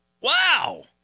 Wow